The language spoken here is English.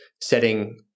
setting